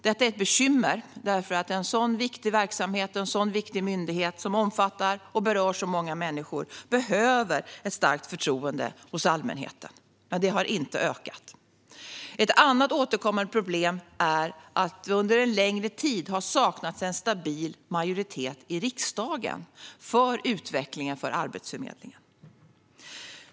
Detta är ett bekymmer därför att en sådan viktig verksamhet och en sådan viktig myndighet som omfattar och berör så många människor behöver ett starkt förtroende hos allmänheten. Men det har inte ökat. Ett annat återkommande problem är att det under en längre tid har saknats en stabil majoritet i riksdagen för utvecklingen av Arbetsförmedlingen.